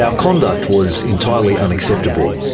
ah conduct was entirely unacceptable.